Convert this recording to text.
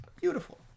Beautiful